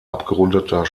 abgerundeter